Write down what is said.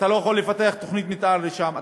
אתה לא יכול לפתח תוכנית מתאר לשם,